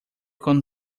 con